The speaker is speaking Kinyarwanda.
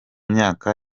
myaka